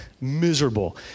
Miserable